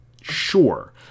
sure